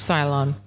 Cylon